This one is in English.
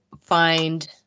find